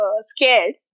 scared